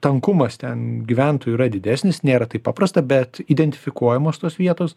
tankumas ten gyventojų yra didesnis nėra taip paprasta bet identifikuojamos tos vietos